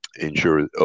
Ensure